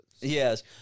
Yes